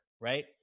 right